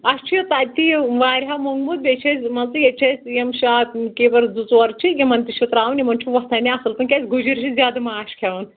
اَسہِ چھُ یہِ تَتہِ یہِ واریاہ مومبوٗد بیٚیہِ چھِ أسۍ مان ژٕ ییٚتہِ چھِ اَسہِ یِم شاپ کیٖپر زٕ ژور چھِ یِمن تہِ چھُ ترٛاوُن یِمن چھُ وۄتھانے اَصٕل تِم کیٛازِ گُجِرۍ چھِ زیادٕ ماچھ کھٮ۪وان